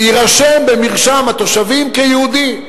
יירשם במרשם התושבים כיהודי.